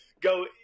go